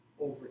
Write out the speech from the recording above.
over